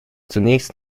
zunächst